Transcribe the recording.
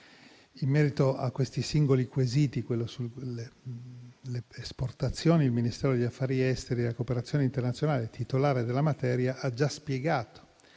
In merito ai singoli quesiti, rispetto a quello sulle esportazioni, il Ministero degli affari esteri e della cooperazione internazionale, titolare della materia, ha già spiegato